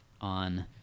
on